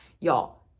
Y'all